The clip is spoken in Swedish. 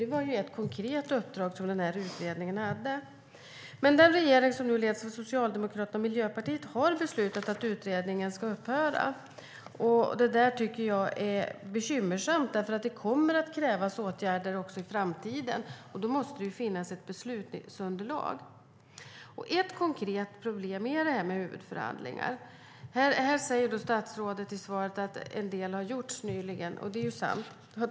Det var ett konkret uppdrag som den här utredningen hade. Den regering som nu leds av Socialdemokraterna och Miljöpartiet har dock beslutat att utredningen ska upphöra. Det tycker jag är bekymmersamt. Det kommer nämligen att krävas åtgärder även i framtiden. Och då måste det finnas ett beslutsunderlag. Ett konkret problem är huvudförhandlingarna. Statsrådet säger i sitt svar att en del har gjorts nyligen - det är sant.